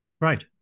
Right